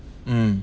um